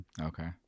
Okay